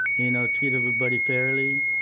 you know treat everybody fairly.